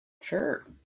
Sure